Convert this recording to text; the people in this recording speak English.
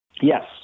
Yes